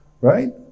Right